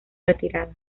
retirada